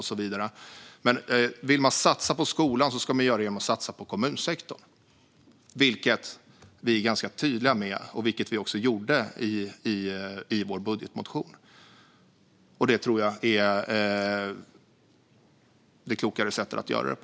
Om man vill satsa på skolan ska man göra det genom att satsa på kommunsektorn, vilket vi är tydliga med och även gjorde i vår budgetmotion. Det tror jag är det klokare sättet att göra det på.